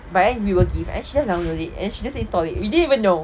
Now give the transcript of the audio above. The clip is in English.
but then we will give and she just download it and she just install it we didn't even know